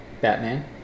Batman